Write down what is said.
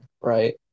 right